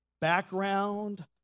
background